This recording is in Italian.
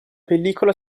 pellicola